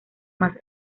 más